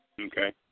Okay